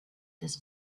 this